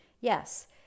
yes